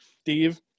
Steve